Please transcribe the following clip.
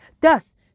Thus